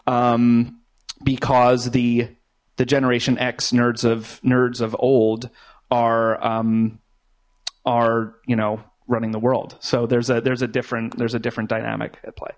because the the generation x nerds of nerds of old are our you know running the world so there's a there's a different there's a different dynamic at